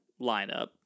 lineup